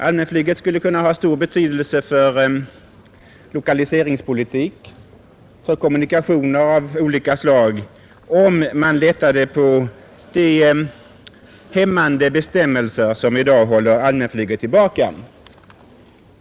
Allmänflyget skulle kunna ha stor betydelse för lok veringspolitik och för kommunikationer av olika slag om man lättade på de hämmande bestämmelser som i dag håller allmänflyget tillbaka.